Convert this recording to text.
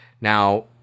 Now